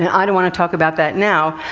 i don't want to talk about that now.